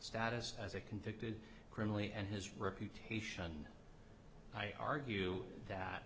status as a convicted criminal and his reputation i argue that